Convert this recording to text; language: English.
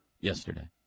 yesterday